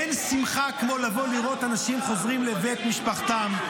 אין שמחה כמו לבוא לראות אנשים חוזרים לבית משפחתם.